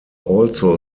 also